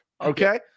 Okay